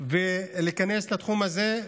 להיכנס לתחום הזה.